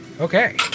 Okay